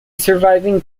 surviving